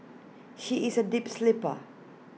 she is A deep sleeper